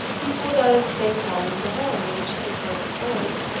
he pulled out at the same time the horn which enclosed the coins.